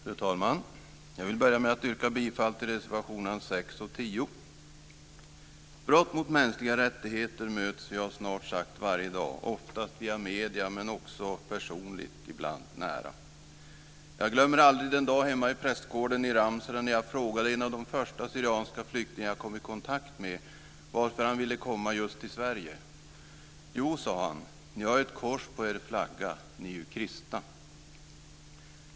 Fru talman! Jag vill börja med att yrka bifall till reservationerna 6 och 10. Brott mot mänskliga rättigheter möts vi av snart sagt varje dag - oftast via medierna men också ibland personligt nära. Jag glömmer aldrig den dag hemma i prästgården i Ramsele när jag frågade en av de första syrianska flyktingar jag kom i kontakt med varför han ville komma just till Sverige. Han sade: "Jo, ni har ett kors på er flagga. Ni är ju kristna."